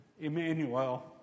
Emmanuel